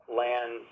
land